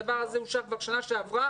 הדבר הזה אושר כבר שנה שעברה.